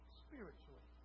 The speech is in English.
spiritually